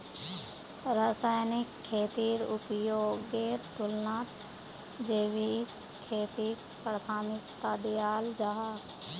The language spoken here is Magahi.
रासायनिक खेतीर उपयोगेर तुलनात जैविक खेतीक प्राथमिकता दियाल जाहा